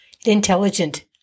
intelligent